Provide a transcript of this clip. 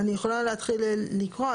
אני יכולה להתחיל לקרוא.